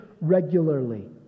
regularly